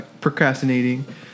procrastinating